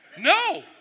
no